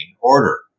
order